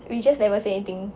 we just never say anything